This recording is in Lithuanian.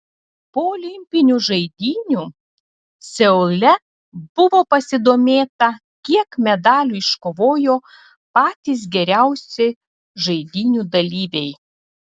po olimpinių žaidynių seule buvo pasidomėta kiek medalių iškovojo patys geriausi žaidynių dalyviai